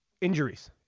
injuries